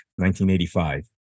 1985